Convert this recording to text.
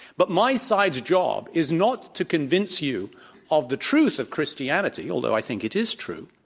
but my side's job is not to convince you of the truth of christianity, although i think it is true.